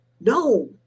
no